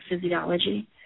physiology